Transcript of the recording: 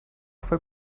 fue